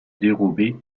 dérober